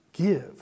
give